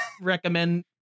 recommend